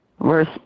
verse